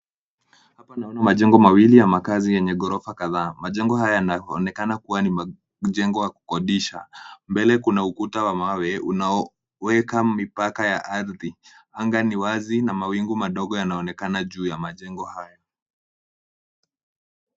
Majengo mawili ya makazi yenye ghorofa kadhaa. Majengo haya yanaonekana kuwa ni majengo ya kukodisha .Mbele kuna ukuta wa mawe unaoweka mipaka ya ardhi. Anga ni wazi na mawingu madogo yanaonekana juu ya majengo hayo.